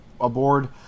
aboard